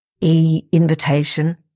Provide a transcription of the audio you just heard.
e-invitation